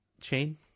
chain